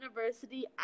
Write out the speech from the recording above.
University